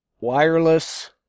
wireless